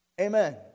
Amen